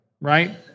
right